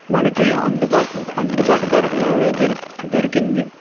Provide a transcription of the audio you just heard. మనకి అందుబాటులో అందుబాటు ధరలో దొరుక్ దొరికింది